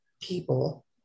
people